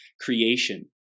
creation